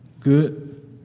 Good